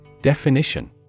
Definition